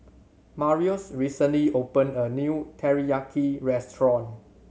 Marius recently opened a new Teriyaki Restaurant